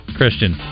Christian